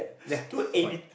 ya it's fine